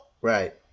Right